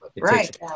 Right